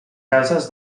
cases